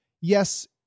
yes